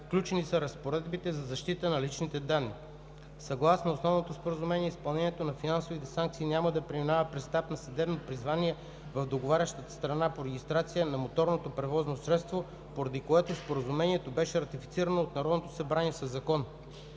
Включени са разпоредби за защита на личните данни. Съгласно Основното споразумение изпълнението на финансови санкции няма да преминава през етап на съдебно признаване в Договарящата страна по регистрация на моторното превозно средство, поради което Споразумението беше ратифицирано от Народното събрание със закон.